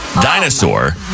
Dinosaur